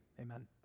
amen